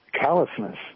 callousness